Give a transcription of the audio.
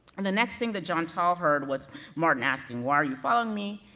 and the next thing that jeantel heard, was martin asking why are you following me?